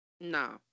No